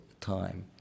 time